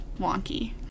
wonky